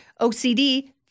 OCD—